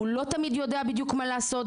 הוא לא תמיד יודע מה לעשות בדיוק,